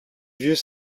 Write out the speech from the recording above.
vieux